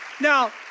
Now